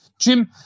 Jim